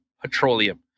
petroleum